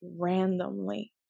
randomly